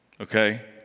Okay